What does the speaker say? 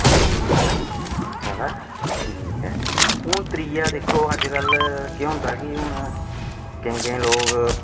एह् बी बिजनेस साढ़ा ठीक ऐ हून त्रीआ दिक्खो अज्ज कल्ल केह् होंदा कि हून केईं केईं लोग